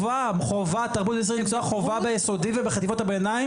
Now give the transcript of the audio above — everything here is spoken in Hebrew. תרבות ישראלית הוא מקצוע חובה ביסודי ובחטיבות הביניים,